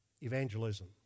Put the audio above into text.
evangelism